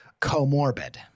comorbid